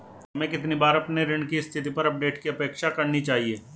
हमें कितनी बार अपने ऋण की स्थिति पर अपडेट की अपेक्षा करनी चाहिए?